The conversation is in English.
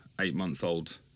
eight-month-old